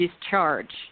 discharge